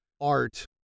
art